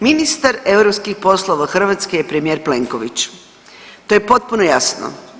Ministar europskih poslova Hrvatske je premijer Plenković, to je potpuno jasno.